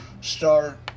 start